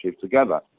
together